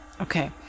okay